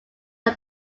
are